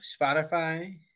Spotify